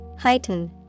Heighten